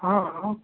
हाँ